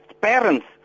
parents